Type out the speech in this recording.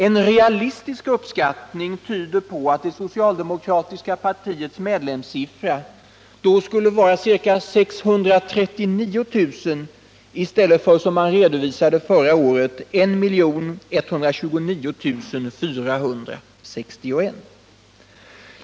En realistisk uppskattning tyder på att det socialdemokratiska partiets medlemstal då skulle vara ca 639 000 i stället för, som man redovisade förra året, 1129 461.